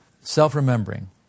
Self-remembering